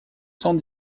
sans